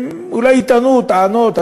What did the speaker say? הם אולי יטענו טענות,